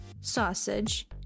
sausage